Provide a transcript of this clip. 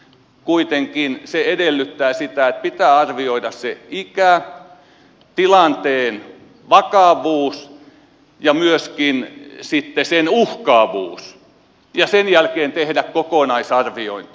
kuitenkin se edellyttää sitä että pitää arvioida se ikä tilanteen vakavuus ja myöskin sitten sen uhkaavuus ja sen jälkeen tehdä kokonaisarviointi